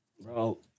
bro